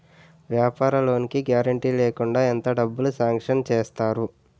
వ్యాపార లోన్ కి గారంటే లేకుండా ఎంత డబ్బులు సాంక్షన్ చేస్తారు?